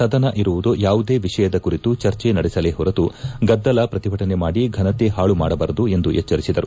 ಸದನ ಇರುವುದು ಯಾವುದೇ ವಿಷಯ ಕುರಿತು ಚರ್ಚೆ ನಡೆಸಲೇ ಹೊರತು ಗದ್ದಲ ಪ್ರತಿಭಟನೆ ಮಾಡಿ ಸದನದ ಘನತೆ ಹಾಳು ಮಾಡಬಾರದು ಎಂದು ಎಚ್ಚರಿಸಿದರು